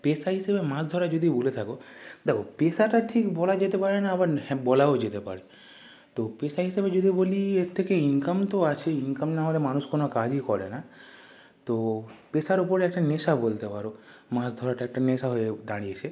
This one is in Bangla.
পেশা হিসেবে মাছ ধরা যদি বলে থাকো দেখো পেশাটা ঠিক বলা যেতে পারে না আবার হ্যাঁ বলাও যেতে পারে তো পেশা হিসেবে যদি বলি এর থেকে ইনকাম তো আছেই ইনকাম না হলে মানুষ কোনো কাজই করে না তো পেশার উপরে একটা নেশা বলতে পারো মাছ ধরাটা একটা নেশা হয়েও দাঁড়িয়েছে